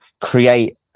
create